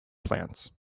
plants